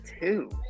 two